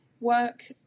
work